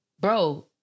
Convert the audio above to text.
bro